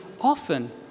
often